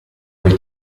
coi